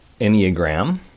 enneagram